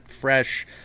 fresh